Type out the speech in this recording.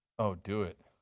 oh do it.